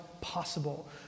possible